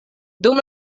dum